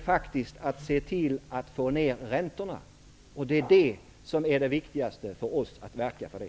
faktiskt är att få ned räntorna. För oss är det viktigast att verka för det.